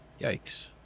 yikes